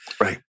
Right